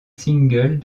single